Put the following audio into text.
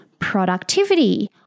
Productivity